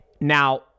Now